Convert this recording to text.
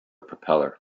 propeller